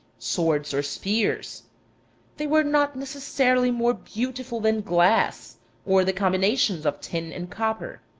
swords or spears they were not necessarily more beautiful than glass or the combinations of tin and copper.